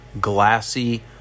glassy